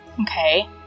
Okay